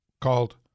called